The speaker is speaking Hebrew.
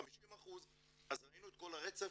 אז ראינו את כל הרצף,